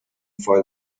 file